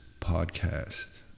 podcast